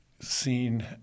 seen